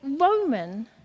Roman